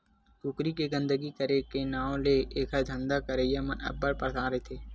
कुकरी के गंदगी करे के नांव ले एखर धंधा करइया मन अब्बड़ परसान रहिथे